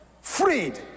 Freed